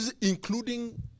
Including